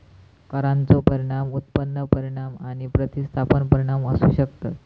करांचो परिणाम उत्पन्न परिणाम आणि प्रतिस्थापन परिणाम असू शकतत